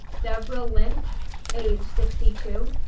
deborah lynch age sixty two,